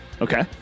Okay